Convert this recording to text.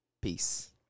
Peace